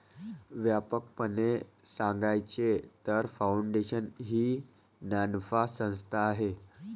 व्यापकपणे सांगायचे तर, फाउंडेशन ही नानफा संस्था आहे